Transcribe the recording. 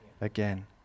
again